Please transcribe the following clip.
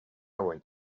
went